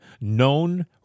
known